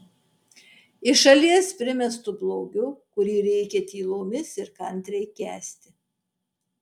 iš šalies primestu blogiu kurį reikia tylomis ir kantriai kęsti